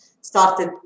started